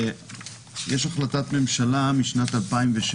יש החלטת ממשלה משנת 2007,